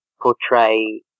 portray